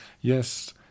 Yes